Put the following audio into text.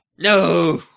No